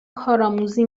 کارآموزی